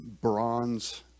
bronze